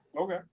Okay